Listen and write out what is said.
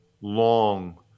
long